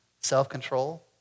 self-control